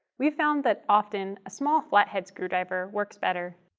we've found that often a small flat-head screwdriver works better.